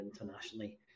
internationally